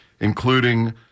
including